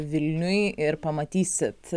vilniuj ir pamatysit